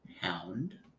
hound